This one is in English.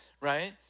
right